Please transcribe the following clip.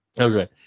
Okay